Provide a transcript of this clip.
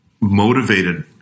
motivated